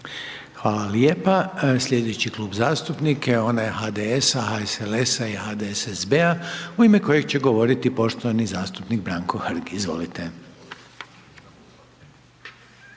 Hvala lijepo. Sljedeći Klub zastupnika je onaj HDS-a, HSLS-a i HDSSB-a u ime kojeg će govoriti poštovani zastupnik Branko Hrg. Izvolite.